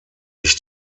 ich